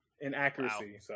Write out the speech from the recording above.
inaccuracy